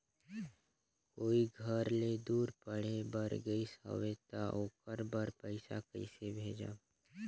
कोई घर ले दूर पढ़े बर गाईस हवे तो ओकर बर पइसा कइसे भेजब?